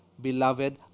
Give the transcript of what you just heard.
beloved